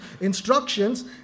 instructions